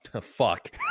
fuck